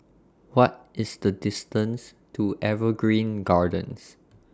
What IS The distance to Evergreen Gardens